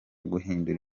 guhindura